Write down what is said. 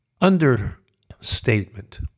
understatement